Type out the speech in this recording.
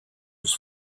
was